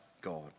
God